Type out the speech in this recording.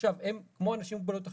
עכשיו הם כמו אנשים עם מוגבלויות אחרות,